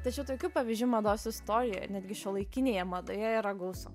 tačiau tokių pavyzdžių mados istorijoj netgi šiuolaikinėje madoje yra gausu